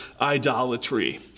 idolatry